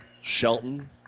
Shelton